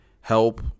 help